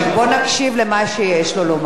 בוא נקשיב למה שיש לו לומר.